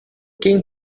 quem